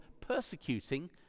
persecuting